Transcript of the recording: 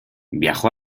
viajó